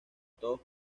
todos